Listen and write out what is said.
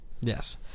yes